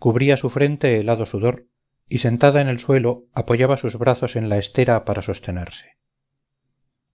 cubría su frente helado sudor y sentada en el suelo apoyaba sus brazos en la estera para sostenerse